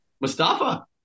Mustafa